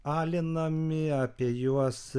alinami apie juos